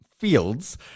fields